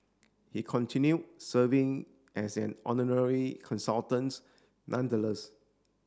he continue serving as an honorary consultants nonetheless